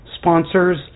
sponsors